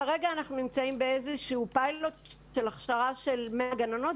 כרגע אנחנו נמצאים בפיילוט של הכשרה של 100 גננות.